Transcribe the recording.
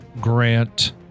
grant